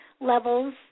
levels